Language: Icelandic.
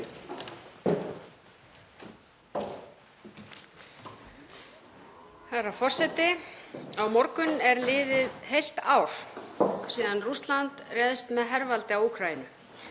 Herra forseti. Á morgun er liðið heilt ár síðan Rússland réðst með hervaldi á Úkraínu.